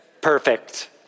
perfect